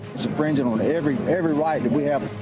infringing on every every right and we have.